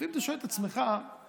ולפעמים אתה שואל את עצמך למה,